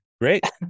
Great